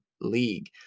league